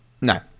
No